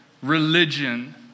Religion